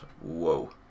whoa